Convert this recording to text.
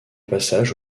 passage